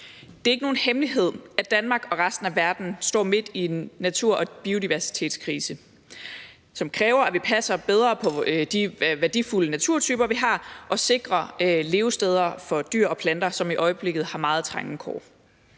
Det er ikke nogen hemmelighed, at Danmark og resten af verden står midt i en natur- og biodiversitetskrise, som kræver, at vi passer bedre på de værdifulde naturtyper, vi har, og sikrer levesteder for dyr og planter, som i øjeblikket har meget trange kår.